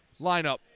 lineup